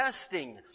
testing